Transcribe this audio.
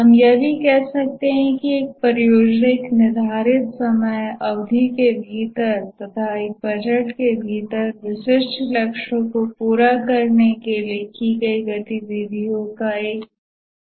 हम यह भी कह सकते हैं कि एक परियोजना एक निर्धारित समय अवधि के भीतर तथा एक बजट के भीतर विशिष्ट लक्ष्यों को पूरा करने के लिए की गई गतिविधियों का एक समूह है